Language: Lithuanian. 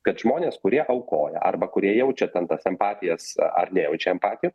kad žmonės kurie aukoja arba kurie jaučia ten tas empatijas ar nejaučia empatijų